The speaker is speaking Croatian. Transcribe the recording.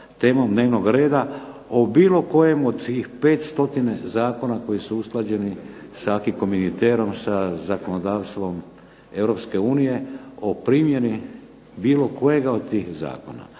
o bilo kojem od tih 500 zakona koji su usklađeni sa acquis communitareom, sa zakonodavstvom Europske unije o primjeni bilo kojega od tih zakona.